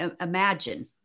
imagine